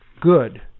good